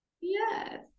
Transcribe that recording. Yes